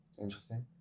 interesting